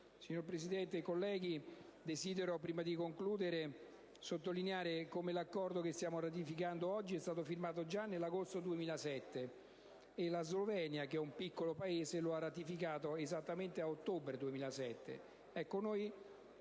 Signor Presidente, colleghi, prima di concludere, desidero sottolineare come l'Accordo che stiamo ratificando oggi è stato firmato già nell'agosto del 2007, e la Slovenia, un piccolo Paese, lo ha ratificato esattamente a ottobre 2007. Ecco noi,